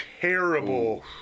terrible